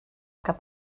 cap